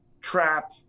trap